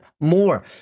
more